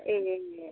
ए